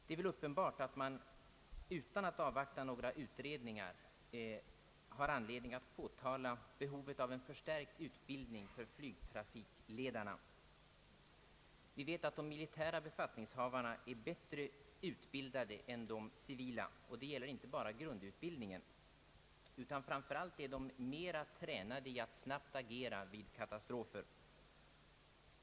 Det är uppenbart att man, utan att avvakta några utredningar, har anledning att påtala behovet av en förstärkt utbildning för flygtrafikledarna. Vi vet att de militära befattningshavarna är bättre utbildade än de civila; och det gäller inte bara grundutbildningen, utan framför allt är de förra mer tränade i att agera snabbt vid katastrofer.